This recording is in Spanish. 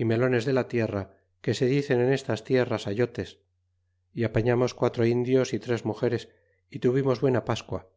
y melones de la tierra que se dicen en estas tierras ayotes y apañamos quatro indios y tres mugeres y tuvimos buena pascua